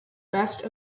best